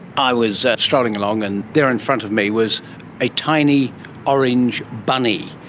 i was strolling along, and there in front of me was a tiny orange bunny,